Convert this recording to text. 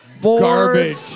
Garbage